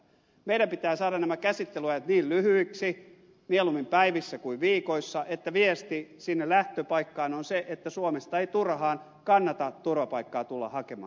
meidän pitää saada nämä käsittelyajat niin lyhyiksi mieluummin päiviksi kuin viikoiksi niin että viesti sinne lähtöpaikkaan on se että suomesta ei turhaan kannata turvapaikkaa tulla hakemaan